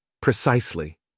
Precisely